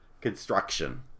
construction